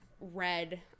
red